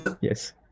Yes